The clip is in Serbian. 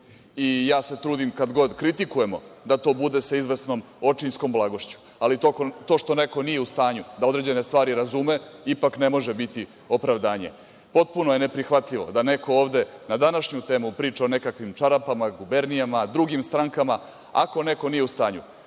I trudim se kada god kritikujemo da to bude sa izvesnom očinskom blagošću, ali to što neko nije u stanju da određene stvari razume ipak ne može biti opravdanje. Potpuno je neprihvatljivo da neko ovde na današnju temu priča o nekakvim čarapama, gubernijama, drugim strankama. Ako neko nije u stanju